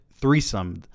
Threesome